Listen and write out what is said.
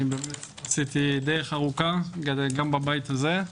עשיתי דרך ארוכה, גם בבית הזה.